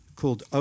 called